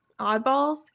oddballs